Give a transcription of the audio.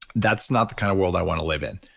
that's not the kind of world i want to live in.